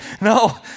No